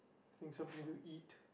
think something to eat